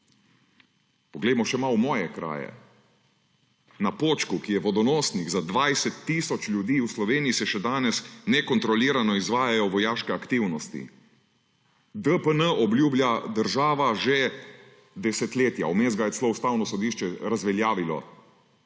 Poglejmo še malo v moje kraje. Na Počku, ki je vodonosnik za 20 tisoč ljudi v Sloveniji, se še danes nekontrolirano izvajajo vojaške aktivnosti. DPN obljublja država že desetletja, vmes ga je celo Ustavno sodišče razveljavilo,